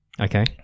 Okay